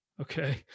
okay